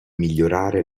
migliorare